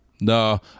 No